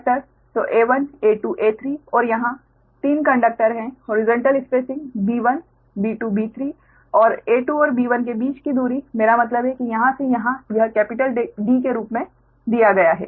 तो a1 a2 a3 और यहां 3 कंडक्टर हैं horizontal spacing b1 b2 b3 और a2 और b1 के बीच की दूरी मेरा मतलब है कि यहां से यहां यह D के रूप में दिया गया है